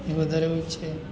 એ વધારે હોય છે